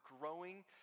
growing